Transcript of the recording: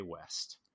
West